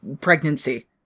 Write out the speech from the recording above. pregnancy